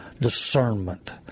discernment